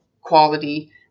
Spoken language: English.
quality